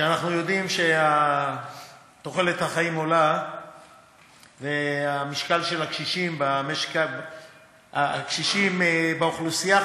אנחנו יודעים שתוחלת החיים עולה והמשקל היחסי של הקשישים באוכלוסייה,